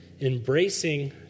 embracing